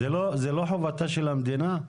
זה לא חובתה של המדינה לדאוג?